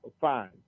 Fine